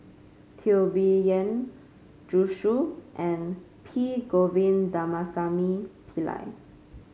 Teo Bee Yen Zhu Xu and P Govindasamy Pillai